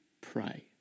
pray